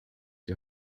die